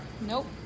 Nope